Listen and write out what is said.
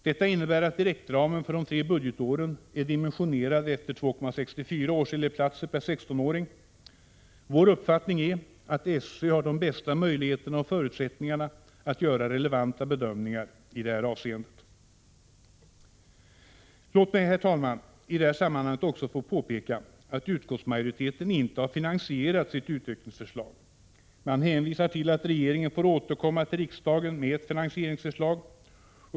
Detta innebär att direktramen för de tre budgetåren är dimensionerad efter 2,64 års elevplatser per 16-åring. Vår uppfattning är att SÖ har de bästa möjligheterna och förutsättningarna att göra relevanta bedömningar i detta avseende. Låt mig, herr talman, i detta sammanhang också få påpeka att utskottsmajoriteten inte har finansierat sitt utökningsförslag. Man hänvisar till att regeringen får återkomma till riksdagen med ett finansieringsförslag.